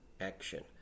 action